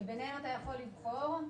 שביניהן אתה יכול לבחור,